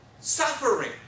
suffering